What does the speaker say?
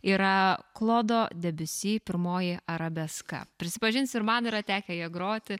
yra klodo debiusi pirmoji arabeska prisipažinsiu ir man yra tekę ją groti